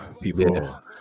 people